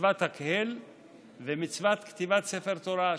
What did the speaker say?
מצוות הקהל ומצוות כתיבת ספר תורה,